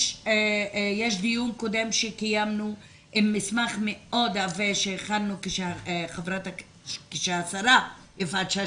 יש דיון קודם שקיימנו עם מסמך מאוד עבה שהכנו כשהשרה יפעת שאשא